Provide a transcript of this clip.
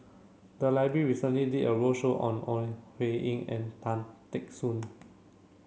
the library recently did a roadshow on Ore Huiying and Tan Teck Soon